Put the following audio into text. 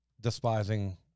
despising